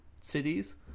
cities